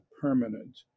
permanent